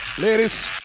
Ladies